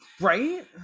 Right